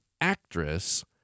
actress